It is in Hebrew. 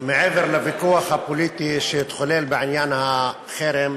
מעבר לוויכוח הפוליטי שהתחולל בעניין החרם,